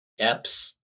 Eps